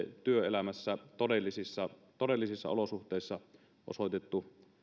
työelämässä todellisissa todellisissa olosuhteissa osoitettu